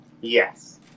Yes